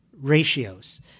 ratios